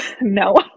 no